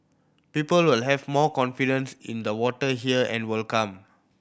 people will have more confidence in the water here and will come